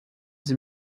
sie